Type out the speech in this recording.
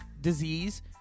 disease